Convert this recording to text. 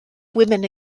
women